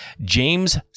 James